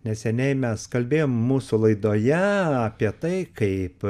neseniai mes kalbėjome mūsų laidoje apie tai kaip